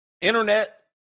Internet